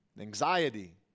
anxiety